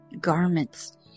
garments